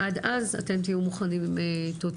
עד אז, אתם תהיו מוכנים עם תוצאות.